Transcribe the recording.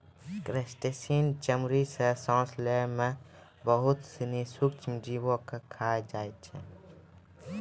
crustacean चमड़ी सें सांस लै में बहुत सिनी सूक्ष्म जीव के खाय जाय छै